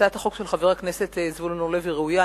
הצעת החוק של חבר הכנסת זבולון אורלב היא ראויה,